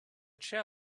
chair